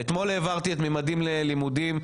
אתמול העברתי את מ-מדים ללימודים,